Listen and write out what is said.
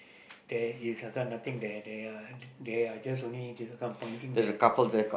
there is also nothing there there are there are just only just some pointing there